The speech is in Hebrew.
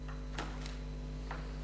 לסדר-היום.